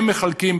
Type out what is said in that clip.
הם מחלקים,